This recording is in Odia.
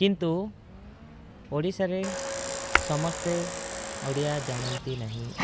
କିନ୍ତୁ ଓଡ଼ିଶାରେ ସମସ୍ତେ ଓଡ଼ିଆ ଜାଣନ୍ତି ନାହିଁ